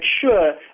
sure